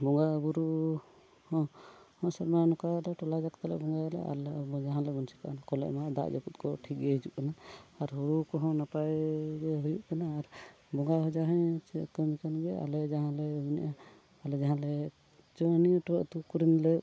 ᱵᱚᱸᱜᱟᱼᱵᱩᱨᱩ ᱦᱚᱸ ᱩᱱᱟᱹᱜ ᱥᱮᱨᱢᱟ ᱱᱚᱠᱟ ᱴᱚᱞᱟ ᱡᱟᱠᱟᱛ ᱞᱮ ᱵᱚᱸᱜᱟᱭᱟ ᱟᱨ ᱞᱮ ᱟᱵᱚ ᱡᱟᱦᱟᱸ ᱞᱮ ᱢᱟᱹᱱᱥᱤᱠᱟ ᱚᱱᱟ ᱠᱚᱞᱮ ᱮᱢᱟ ᱫᱟᱜᱼᱡᱟᱹᱯᱩᱫ ᱠᱚ ᱴᱷᱤᱠ ᱜᱮ ᱦᱤᱡᱩᱜ ᱠᱟᱱᱟ ᱟᱨ ᱦᱩᱲᱩ ᱠᱚᱦᱚᱸ ᱱᱟᱯᱟᱭ ᱜᱮ ᱦᱩᱭᱩᱜ ᱠᱟᱱᱟ ᱟᱨ ᱵᱚᱸᱜᱟ ᱦᱚᱸ ᱡᱟᱦᱟᱸᱭ ᱪᱮ ᱠᱟᱹᱢᱤ ᱠᱟᱱ ᱜᱮᱭᱟ ᱟᱞᱮ ᱡᱟᱦᱟᱸ ᱞᱮ ᱢᱮᱱᱮᱫᱼᱟ ᱟᱞᱮ ᱡᱟᱦᱟᱸ ᱞᱮ ᱡᱮ ᱱᱚᱣᱟ ᱴᱚᱞᱟ ᱟᱛᱳ ᱠᱚᱨᱮᱱ ᱞᱮ